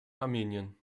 armenien